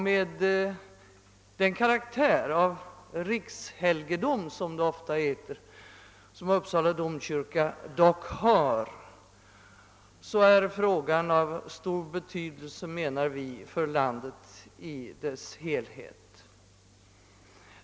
Med den karak tär av rikshelgedom som Uppsala domkyrka också har menar vi att frågan är av stor betydelse för landet i dess helhet.